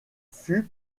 fut